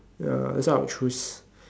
ya that's what I would choose